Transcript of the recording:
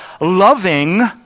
loving